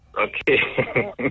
Okay